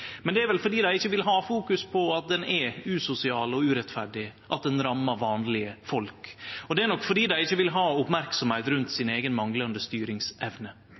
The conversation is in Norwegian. Men det er vel fordi dei ikkje vil ha fokus på at han er usosial og urettferdig, at han rammar vanlege folk. Det er nok fordi dei ikkje vil ha merksemd rundt si eiga manglande styringsevne.